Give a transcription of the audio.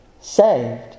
saved